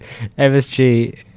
MSG